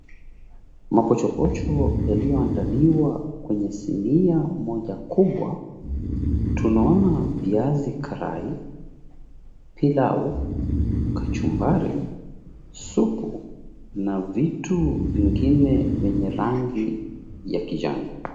Mapochopocho yaliyoandaliwa kwenye sinia moja kubwa. Tunaona viazi karai, pilau, kachumbari, supu, na vitu vingine vyenye rangi ya kijani.